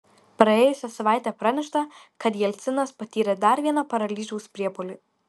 praėjusią savaitę pranešta kad jelcinas patyrė dar vieną paralyžiaus priepuolį